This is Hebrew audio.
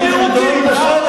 היהודים ב-1800 כאן?